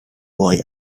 boy